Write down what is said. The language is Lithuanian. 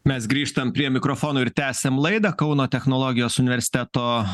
mes grįžtam prie mikrofonų ir tęsiam laidą kauno technologijos universiteto